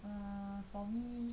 err for me